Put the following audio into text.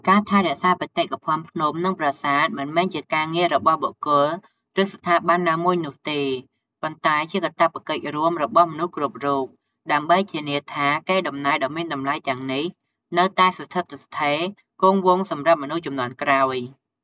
ការថែរក្សាបេតិកភណ្ឌភ្នំ និងប្រាសាទមិនមែនជាការងាររបស់បុគ្គល ឬស្ថាប័នណាមួយនោះទេ ប៉ុន្តែជាកាតព្វកិច្ចរួមរបស់មនុស្សគ្រប់រូប ដើម្បីធានាថាកេរដំណែលដ៏មានតម្លៃទាំងនេះនៅតែស្ថិតស្ថេរគង់វង្សសម្រាប់មនុស្សជំនាន់ក្រោយ។